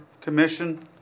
Commission